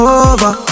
over